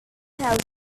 thousand